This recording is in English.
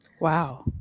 Wow